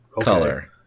color